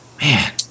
man